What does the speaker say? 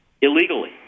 illegally